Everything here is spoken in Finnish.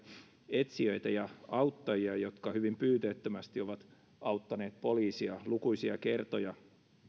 etsijöitä ja auttajia jotka hyvin pyyteettömästi ovat auttaneet poliisia lukuisia kertoja